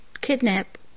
kidnap